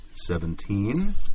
Seventeen